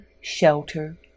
shelter